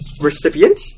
recipient